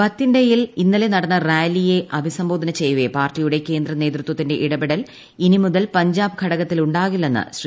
ബത്തിണ്ടയിൽ ഇന്നലെ രൂടന്ന് റാലിയെ അഭിസംബോധന ചെയ്യവേ പാർട്ടിയുടെ കേന്ദ്രനേതൃത്വത്തിന്റെ ഇടപെടൽ ഇനിമുതൽ പഞ്ചാബ് ഘടകത്തിൽ ഉണ്ടാകില്ലെന്ന് ശ്രീ